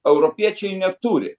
europiečiai neturi